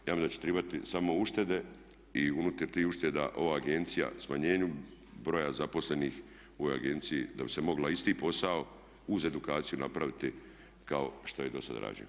Ja mislim da će trebati samo uštede i unutar tih ušteda ova agencija smanjenju broja zaposlenih u agenciji da bi se mogla isti posao uz edukaciju napraviti kao što je i do sada rađeno.